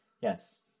Yes